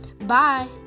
Bye